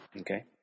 Okay